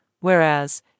whereas